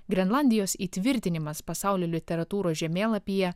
grenlandijos įtvirtinimas pasaulio literatūros žemėlapyje